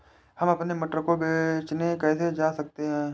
हम अपने मटर को बेचने कैसे जा सकते हैं?